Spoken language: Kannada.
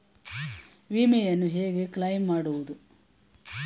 ವಿಮೆಯನ್ನು ಹೇಗೆ ಕ್ಲೈಮ್ ಮಾಡುವುದು?